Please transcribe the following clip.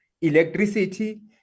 electricity